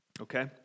Okay